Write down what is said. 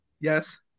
Yes